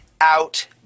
out